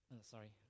Sorry